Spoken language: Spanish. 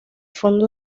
fondo